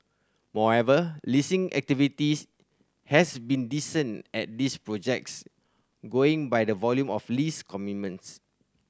moreover leasing activities has been decent at these projects going by the volume of lease commencements